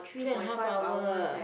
three and a half hour